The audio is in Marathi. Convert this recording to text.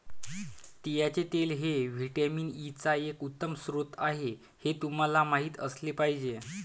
तिळाचे तेल हे व्हिटॅमिन ई चा एक उत्तम स्रोत आहे हे तुम्हाला माहित असले पाहिजे